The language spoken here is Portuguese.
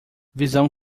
visão